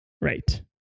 Right